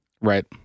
Right